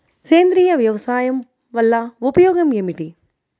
సేంద్రీయ వ్యవసాయం వల్ల ఉపయోగం ఏమిటి?